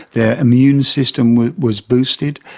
their immune system was boosted,